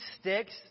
sticks